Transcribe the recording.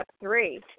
three